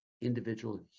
individual